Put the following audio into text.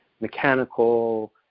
mechanical